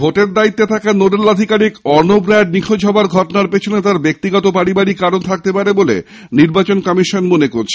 নদিয়ায় নির্বাচনের দায়িত্বে থাকা নোডাল আধিকারিক অর্নব রায়ের নিখোঁজ হওয়ার ঘটনার পিছনে তার ব্যক্তিগত পারিবারিক কারণ থাকতে পারে বলে নির্বাচন কমিশন মনে করছে